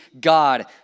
God